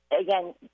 again